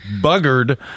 buggered